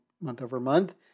month-over-month